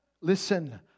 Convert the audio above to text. listen